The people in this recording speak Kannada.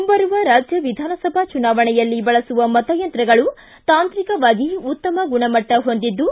ಮುಂಬರುವ ರಾಜ್ಯ ವಿಧಾನಸಭಾ ಚುನಾವಣೆಯಲ್ಲಿ ಬಳಸುವ ಮತಯಂತ್ರಗಳು ತಾಂತ್ರಿಕವಾಗಿ ಉತ್ತಮ ಗುಣಮಟ್ಟ ಹೊಂದಿದ್ದು